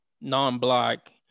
non-black